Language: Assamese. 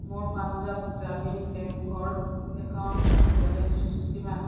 মোৰ পাঞ্জাৱ গ্ৰামীণ বেংকৰ একাউণ্টছটো বেলেঞ্চ কিমান